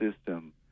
system